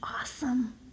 awesome